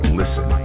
listen